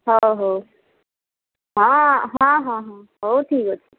ହଉ ହଉ ହଁ ହଁ ହଉ ଠିକ୍ ଅଛି